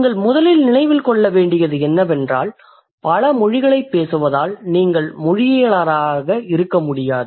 நீங்கள் முதலில் நினைவில் கொள்ள வேண்டியது என்னவென்றால் பல மொழிகளைப் பேசுவதால் நீங்கள் மொழியியலாளராக இருக்க முடியாது